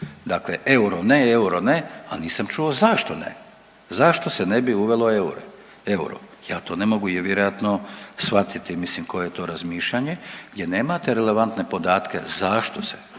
dakle euro ne, euro ne. Ali nisam čuo zašto ne. Zašto se ne bi uvelo euro? Ja to ne mogu vjerojatno shvatiti mislim koje je to razmišljanje, jer nemate relevantne podatke zašto se.